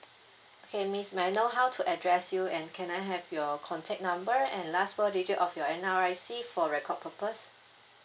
okay miss may I know how to address you and can I have your contact number and last four digit of your N_R_I_C for record purpose